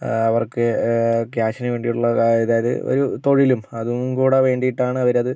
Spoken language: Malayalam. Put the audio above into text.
അവർക്ക് ക്യാഷിന് വേണ്ടി ഉള്ള അതായത് ഒരു തൊഴിലും അതും കുടി വേണ്ടിയിട്ട് ആണ് അവര് അത്